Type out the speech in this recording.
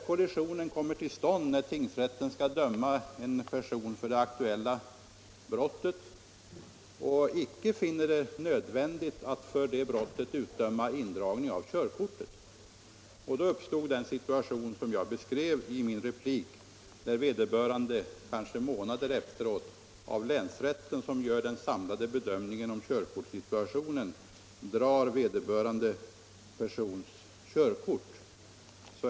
Kollisionen uppstår när tingsrätten skall döma en person för det aktuella brottet och icke finner det nödvändigt att för det brottet utdöma indragning av körkortet. Då uppkommer den situation som jag beskrev i min replik, där länsrätten, som gör den samlade bedömningen av körkortssituationen, kanske månader efteråt, drar in vederbörande persons körkort.